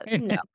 no